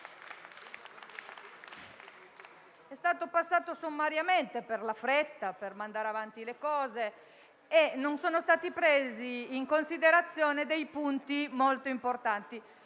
è passato sommariamente per la fretta, per mandare avanti le cose, e non sono stati presi in considerazione punti molto importanti.